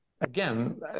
again